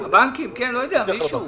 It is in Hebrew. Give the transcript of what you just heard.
הבנקים, מישהו.